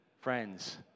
Friends